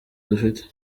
dufite